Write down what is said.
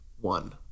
one